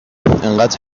اینقد